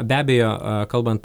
be abejo kalbant